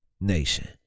nation